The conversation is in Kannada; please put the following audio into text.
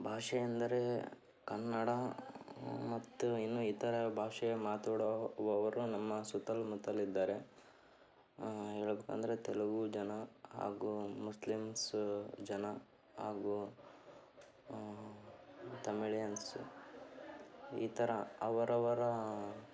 ಭಾಷೆಯೆಂದರೆ ಕನ್ನಡ ಮತ್ತು ಇನ್ನು ಇತರ ಭಾಷೆ ಮಾತಾಡುವವರು ನಮ್ಮ ಸುತ್ತಮುತ್ತಲು ಇದ್ದಾರೆ ಅಂದರೆ ತೆಲುಗು ಜನ ಹಾಗೂ ಮುಸ್ಲಿಮ್ಸ್ ಜನ ಹಾಗೂ ತಮಿಳಿಯನ್ಸ್ ಈ ಥರ ಅವರವರ